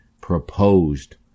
proposed